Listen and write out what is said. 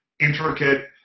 intricate